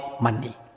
money